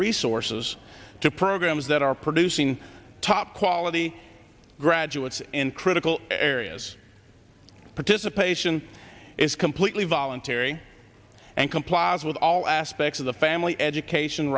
resources to programs that are producing top quality graduates in critical areas of participation is completely voluntary and complies with all aspects of the family education